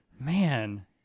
Man